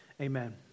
amen